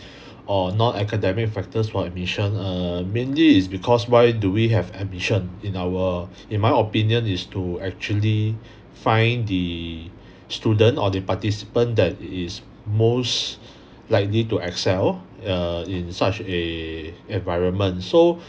or non-academic factors for admission err mainly it's because why do we have admission in our in my opinion is to actually find the student or the participant that is most likely to excel err in such a environment so